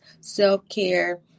self-care